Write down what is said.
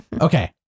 Okay